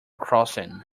crossing